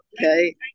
Okay